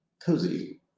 cozy